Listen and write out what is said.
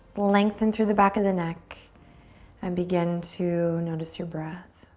lengthen through the back of the neck and begin to notice your breath.